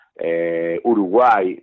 Uruguay